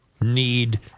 need